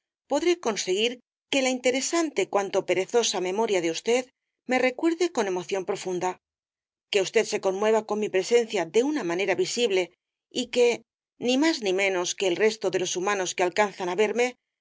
podré conseguir que la interesante cuanto perezosa memoria de usted me recuerde con emoción profunda que usted se conmueva con mi presencia de una manera visible y que ni más ni menos que el resto de los humanos que alcanzan á verme